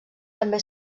també